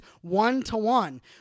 one-to-one